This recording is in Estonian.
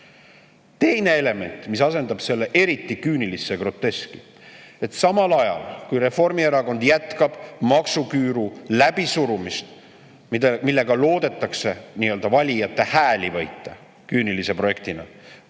Teine element, mis asetab selle eriti küünilisse groteski, [on see], et samal ajal, kui Reformierakond jätkab maksuküüru läbisurumist, millega loodetakse valijate hääli võita küünilise projektina,